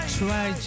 Try